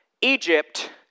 Egypt